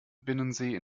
binnensee